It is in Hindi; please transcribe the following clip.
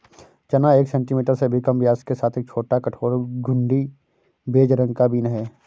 चना एक सेंटीमीटर से भी कम व्यास के साथ एक छोटा, कठोर, घुंडी, बेज रंग का बीन है